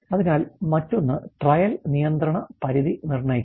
അതിനാൽ മറ്റൊന്ന് ട്രയൽ നിയന്ത്രണ പരിധി നിർണ്ണയിക്കുന്നു